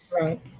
right